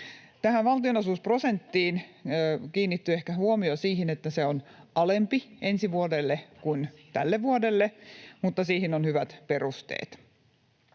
Tässä valtionosuusprosentissa huomio kiinnittyy ehkä siihen, että se on alempi ensi vuodelle kuin tälle vuodelle, mutta siihen on hyvät perusteet.